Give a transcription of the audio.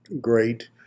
great